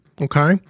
okay